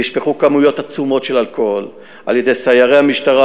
נשפכו כמויות עצומות של אלכוהול על-ידי סיירי המשטרה,